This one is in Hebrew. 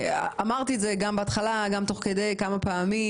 אמרתי את זה גם בהתחלה וגם תוך כדי כמה פעמים,